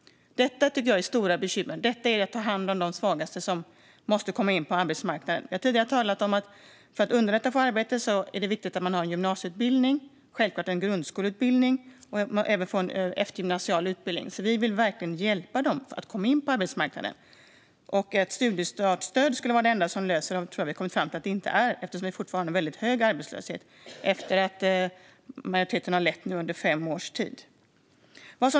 Att hjälpa dem är att ta hand om de svagaste som måste komma in på arbetsmarknaden. Vi har tidigare talat om att det för att underlätta för människor att få arbete är viktigt att de har en gymnasieutbildning och självklart en grundskoleutbildning. Även en eftergymnasial utbildning är viktig. Vi vill verkligen hjälpa dessa att komma in på arbetsmarknaden. Att ett studiestartsstöd skulle vara det enda som löser detta stämmer inte, har vi kommit fram till, eftersom vi fortfarande har en väldigt hög arbetslöshet efter att majoriteten nu har styrt i fem års tid.